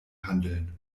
handeln